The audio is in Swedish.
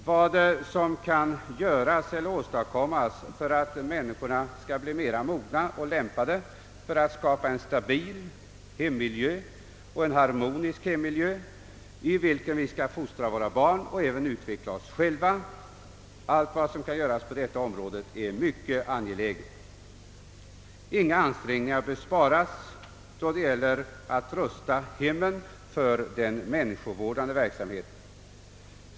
Vad som kan åstadkommas för att människorna skall bli mera mogna och lämpade att skapa en stabil och harmonisk hemmiljö, i vilken barnen skall fostras och även vi äldre utvecklas, är mycket viktigt. Inga ansträngningar bör sparas då det gäller att rusta hemmen för den människovårdande verksamheten.